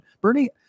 Bernie